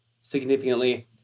significantly